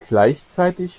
gleichzeitig